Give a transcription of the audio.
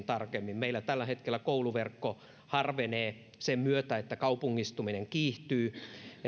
tarkemmin meillä tällä hetkellä kouluverkko harvenee sen myötä että kaupungistuminen kiihtyy